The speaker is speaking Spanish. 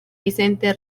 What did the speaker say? vicente